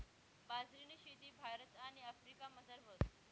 बाजरीनी शेती भारत आणि आफ्रिकामझार व्हस